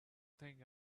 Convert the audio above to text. think